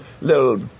little